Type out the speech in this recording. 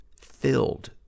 filled